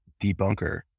debunker